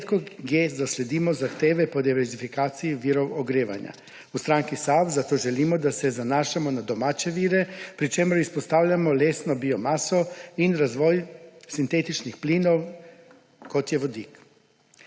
redkokje zasledimo zahteve po diverzifikaciji virov ogrevanja. V stranki SAB zato želimo, da se zanašamo na domače vire, pri čemer izpostavljamo lesno biomaso in razvoj sintetičnih plinov, kot je vodik.